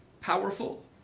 powerful